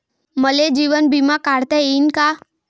मले जीवन बिमा काढता येईन का?